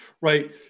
right